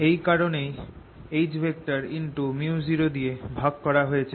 এই কারনেই Hµ0 দিয়ে ভাগ করা হয়েছে